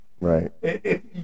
Right